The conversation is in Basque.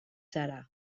zara